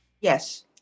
Yes